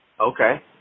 Okay